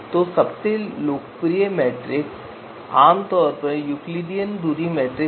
तो सबसे लोकप्रिय दूरी मीट्रिक जो आमतौर पर यूक्लिडियन दूरी मीट्रिक है